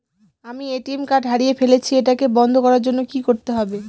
আমি ATM card টি হারিয়ে ফেলেছি এটাকে বন্ধ করার জন্য কি করতে হবে?